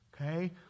okay